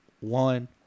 one